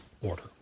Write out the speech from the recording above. order